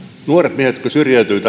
nuoret miehet jotka syrjäytyvät